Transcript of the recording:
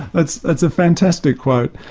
it's it's a fantastic quote.